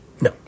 no